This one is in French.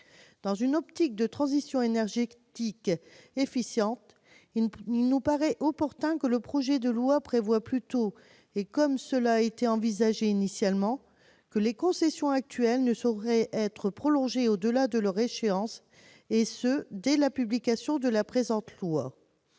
Dans une optique de transition énergétique efficiente, il nous paraît opportun que le texte prévoie plutôt, comme cela était envisagé initialement, que les concessions actuelles ne pourraient être prolongées au-delà de leur échéance, et ce dès la publication de la présente loi.